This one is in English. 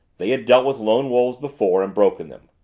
they had dealt with lone wolves before and broken them.